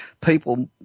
people